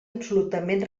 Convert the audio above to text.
absolutament